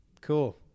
cool